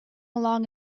along